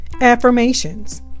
affirmations